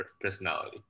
personality